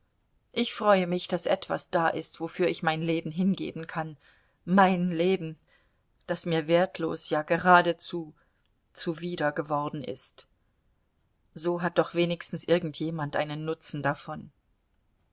ich freue mich daß etwas da ist wofür ich mein leben hingeben kann mein leben das mir wertlos ja geradezu zuwider geworden ist so hat doch wenigstens irgend jemand einen nutzen davon